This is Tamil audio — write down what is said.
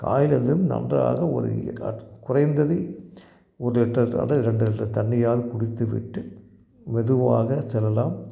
காலையில் எழுந்ததும் நன்றாக ஒரு காற்று குறைந்தது ஒரு லிட்டர் அல்லது ரெண்டு லிட்டர் தண்ணியாவது குடித்துவிட்டு மெதுவாகச் செல்லலாம்